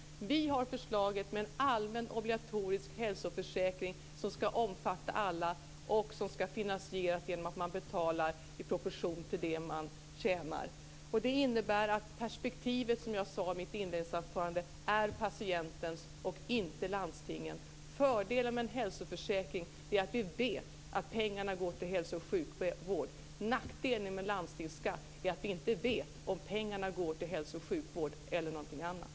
Vi har lagt fram förslaget om en allmän obligatorisk hälsoförsäkring som skall omfatta alla och som skall finansieras genom att man betalar i proportion till det man förtjänar. Det innebär att perspektivet är patientens och inte landstingens. Fördelen med en hälsoförsäkring är att vi vet att pengarna går till hälso och sjukvård. Nackdelen med landstingsskatt är att vi inte vet om pengarna går till hälso och sjukvård eller till någonting annat.